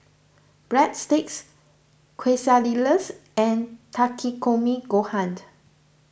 Breadsticks Quesadillas and Takikomi Gohaned